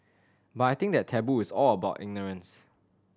but I think that taboo is all about ignorance